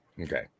Okay